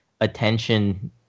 attention